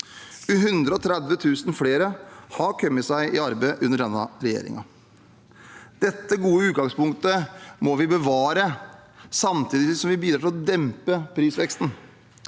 130 000 flere har kommet i arbeid under denne regjeringen. Dette gode utgangspunktet må vi bevare, samtidig som vi bidrar til å dempe prisveksten.